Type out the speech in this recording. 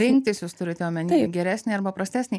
rinktis jūs turite omeny geresnį ar prastesnį